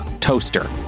toaster